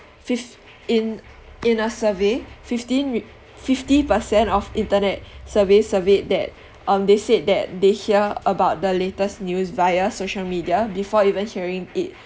fif~ in in a survey fifteen re~ fifty percent of internet surveys surveyed that um they said that they hear about the latest news via social media before even hearing it